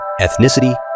ethnicity